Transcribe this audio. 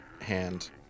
hand